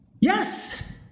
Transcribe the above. Yes